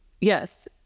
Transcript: Yes